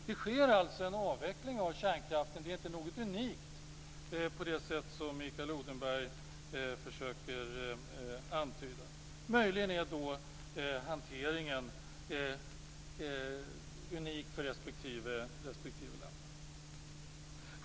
Det sker alltså en avveckling av kärnkraften, det är ingenting unikt på det sätt som Mikael Odenberg försöker att antyda. Möjligen är det hanteringen som är unik för respektive land.